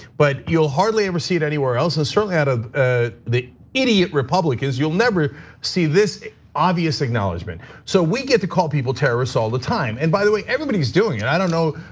but you'll hardly ever see it anywhere else and certainly out of ah the idiot republicans you'll never see this obvious acknowledgement. so we get to call people terrorists all the time. and by the way, everybody's doing it. i don't know,